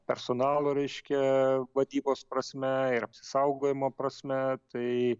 personalo reiškia vadybos prasme ir apsisaugojimo prasme tai